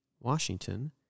Washington